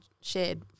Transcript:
shared